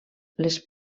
les